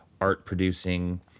art-producing-